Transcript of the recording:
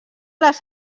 les